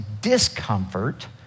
discomfort